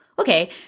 Okay